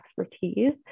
expertise